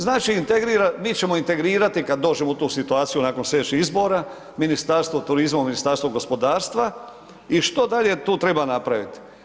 Znači, mi ćemo integrirati kad dođemo u tu situaciju nakon slijedećih izbora Ministarstvo turizma u Ministarstvo gospodarstva i što dalje tu treba napraviti.